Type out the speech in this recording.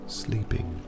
sleeping